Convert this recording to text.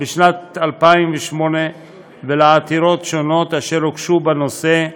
בשנת 2008 ולעתירות שונות אשר הוגשו בנושא,